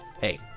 hey